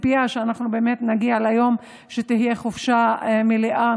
בציפייה שאנחנו באמת נגיע ליום שתהיה חופשה מלאה,